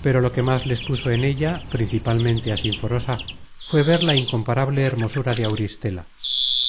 pero lo que más les puso en ella principalmente á sinforosa fué ver la incomparable hermosura de auristela